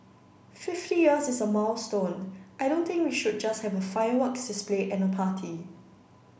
fifty years is a milestone I don't think we should just have a fireworks display and a party